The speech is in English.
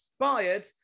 inspired